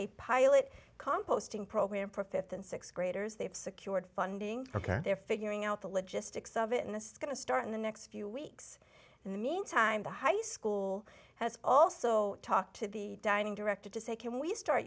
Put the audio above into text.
a pilot composting program for fifth and sixth graders they've secured funding ok they're figuring out the logistics of it and this is going to start in the next few weeks in the meantime the high school has also talked to the dining directed to say can we start